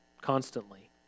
constantly